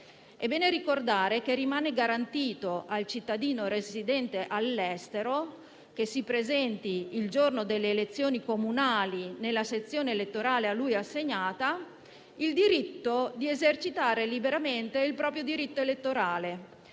È bene ricordare che rimane garantita al cittadino residente all'estero che si presenti il giorno delle elezioni comunali nella sezione elettorale a lui assegnata, la facoltà di esercitare liberamente il proprio diritto elettorale.